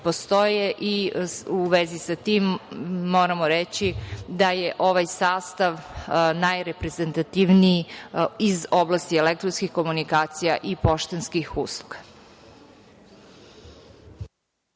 vezi sa tim, moramo reći da je ovaj sastav najreprezentativniji iz oblasti elektronskih komunikacija i poštanskih usluga.